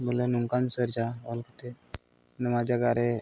ᱵᱚᱞᱮ ᱱᱚᱝᱠᱟᱢ ᱥᱟᱨᱪᱼᱟ ᱚᱞ ᱠᱟᱛᱮ ᱱᱚᱣᱟ ᱡᱟᱭᱜᱟ ᱨᱮ